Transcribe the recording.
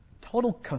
total